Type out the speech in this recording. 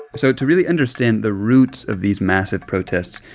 so to really understand the roots of these massive protests,